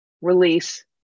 release